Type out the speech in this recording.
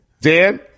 Dan